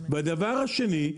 והדבר השני,